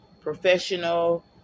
professional